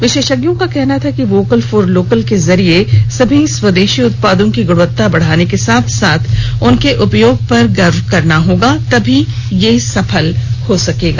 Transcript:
विशेषज्ञों का कहना था कि वोकल फॉर लोकल के जरिए हमें स्वदेशी उत्पादों की ग्णवत्ता बढ़ाने के साथ साथ उसके उपयोग पर गर्व करना होगा तभी यह सफल साबित होगा